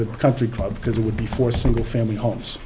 the country club because it would be for single family homes